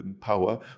power